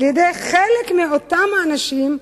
על-ידי חלק מאותם האנשים,